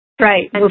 Right